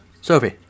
Sophie